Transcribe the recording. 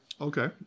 Okay